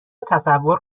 تصور